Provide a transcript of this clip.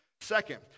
Second